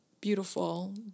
beautiful